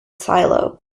silo